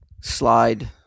slide